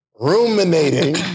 ruminating